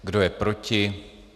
Kdo je proti?